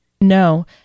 No